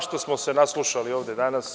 Svašta smo se naslušali ovde danas.